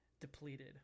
depleted